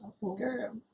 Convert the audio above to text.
Girl